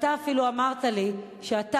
ואתה אפילו אמרת לי שאתה,